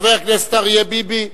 חבר הכנסת אריה ביבי.